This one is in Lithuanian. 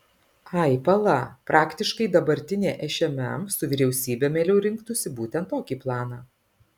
ai pala praktiškai dabartinė šmm su vyriausybe mieliau rinktųsi būtent tokį planą